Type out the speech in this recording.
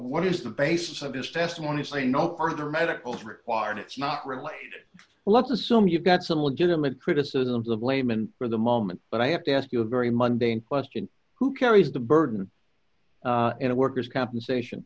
what is the basis of his testimony say no further medical requirements not related let's assume you've got some legitimate criticisms of blame and for the moment but i have to ask you a very monday in question who carries the burden in a workers compensation